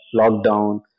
lockdown